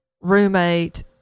roommate